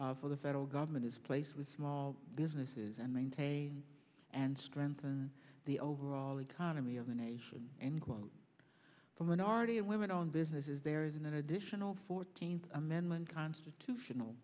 for the federal government is place with small businesses and maintain and strengthen the overall economy of the nation and for minority and women owned businesses there is an additional fourteenth amendment constitutional